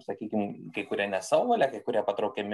sakykim kai kurie ne savo valia kai kurie patraukiami